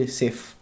safe